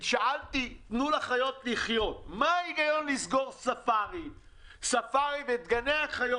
שאלתי: תנו לחיות לחיות מה ההיגיון לסגור ספארי ואת ששת גני החיות?